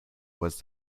was